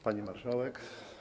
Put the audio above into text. Pani Marszałek!